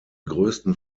größten